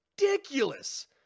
ridiculous